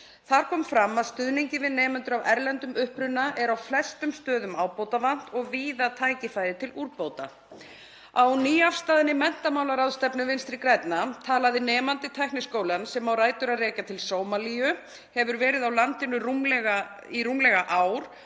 Þar kom fram að stuðningi við nemendur af erlendum uppruna væri á flestum stöðum ábótavant og víða tækifæri til úrbóta. Á nýafstaðinni menntamálaráðstefnu Vinstri grænna talaði nemandi við Tækniskólann sem á rætur að rekja til Sómalíu, hefur verið á landinu rúmlega í